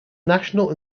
national